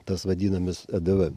tas vadinamas edv